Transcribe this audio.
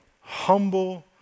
humble